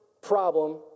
problem